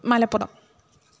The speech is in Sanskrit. मलपुरम्